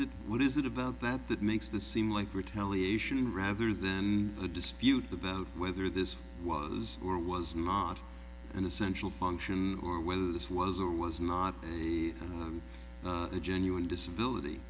it what is it about that that makes the seem like retaliation rather than a dispute about whether this was or was model and essential function or whether this was or was not a genuine disability